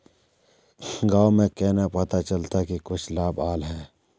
गाँव में केना पता चलता की कुछ लाभ आल है?